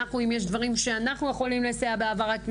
אם יש דברים שאנחנו יכולים לסייע בהעברת מידע,